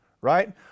right